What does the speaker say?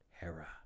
Hera